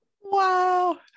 Wow